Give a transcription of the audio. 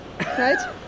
right